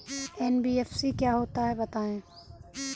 NBFC क्या होता है बताएँ?